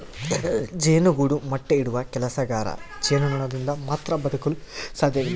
ಜೇನುಗೂಡು ಮೊಟ್ಟೆ ಇಡುವ ಕೆಲಸಗಾರ ಜೇನುನೊಣದಿಂದ ಮಾತ್ರ ಬದುಕಲು ಸಾಧ್ಯವಿಲ್ಲ